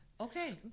Okay